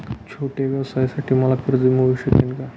छोट्या व्यवसायासाठी मला कर्ज मिळू शकेल का?